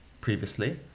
previously